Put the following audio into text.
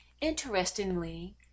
Interestingly